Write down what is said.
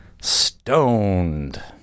Stoned